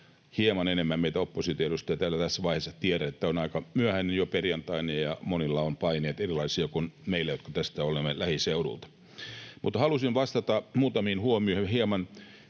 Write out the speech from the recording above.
hieman enemmän meitä oppositioedustajia täällä tässä vaiheessa. Tiedän, että on aika myöhäistä jo perjantaina ja monilla ovat paineet erilaisia kuin meillä, jotka olemme tästä lähiseudulta. Mutta halusin vastata muutamiin huomioihin hieman